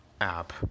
app